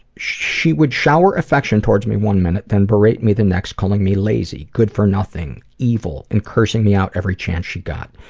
she would shower affection towards me one minute, then berate me the next, calling me lazy, good-for-nothing, evil, and cursing me out every chance she got.